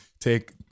take